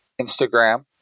Instagram